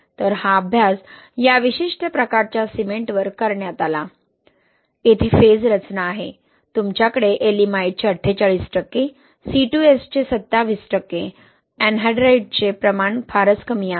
तर हा अभ्यास या विशिष्ट प्रकारच्या सिमेंटवर करण्यात आला आहे येथे फेज रचना आहे तुमच्याकडे येएलिमाइटचे 48 टक्के C2S चे 27 टक्के एनहाइड्राइटचे प्रमाण फारच कमी आहे